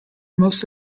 most